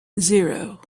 zero